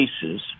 cases